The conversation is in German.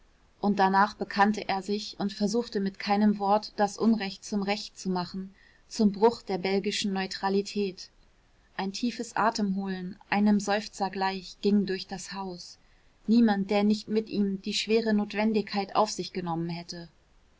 und danach bekannte er sich und versuchte mit keinem wort das unrecht zum recht zu machen zum bruch der belgischen neutralität ein tiefes atemholen einem seufzer gleich ging durch das haus niemand der nicht mit ihm die schwere notwendigkeit auf sich genommen hätte